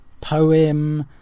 poem